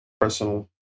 personal